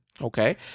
okay